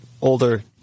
older